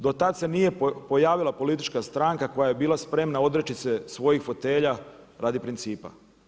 Do tada se nije pojavila politička stranka koja je bila spremna odreći se svojih fotelja radi principa.